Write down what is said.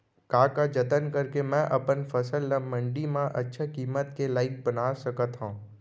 का का जतन करके मैं अपन फसल ला मण्डी मा अच्छा किम्मत के लाइक बना सकत हव?